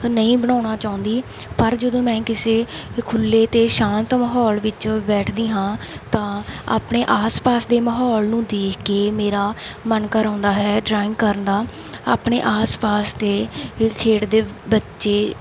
ਨਹੀਂ ਬਣਾਉਣਾ ਚਾਹੁੰਦੀ ਪਰ ਜਦੋਂ ਮੈਂ ਕਿਸੇ ਖੁੱਲ੍ਹੇ ਅਤੇ ਸ਼ਾਂਤ ਮਾਹੌਲ ਵਿੱਚ ਬੈਠਦੀ ਹਾਂ ਤਾਂ ਆਪਣੇ ਆਸ ਪਾਸ ਦੇ ਮਾਹੌਲ ਨੂੰ ਦੇਖ ਕੇ ਮੇਰਾ ਮਨ ਕਰ ਆਉਂਦਾ ਹੈ ਡਰਾਇੰਗ ਕਰਨ ਦਾ ਆਪਣੇ ਆਸ ਪਾਸ ਦੇ ਖੇਡਦੇ ਬੱਚੇ